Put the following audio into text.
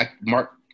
Mark